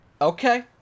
Okay